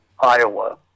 Iowa